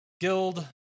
guild